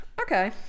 okay